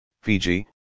Fiji